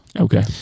okay